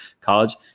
college